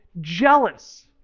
jealous